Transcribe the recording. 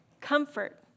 comfort